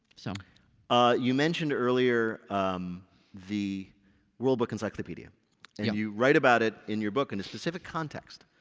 so ah you mentioned earlier the world book encyclopedia and you write about it in your book in a specific context.